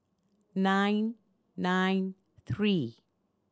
nine nine three